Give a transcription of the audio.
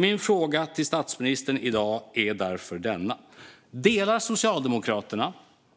Min fråga till statsministern i dag är därför denna: Delar Socialdemokraterna